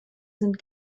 sind